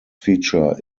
feature